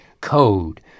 code